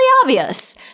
obvious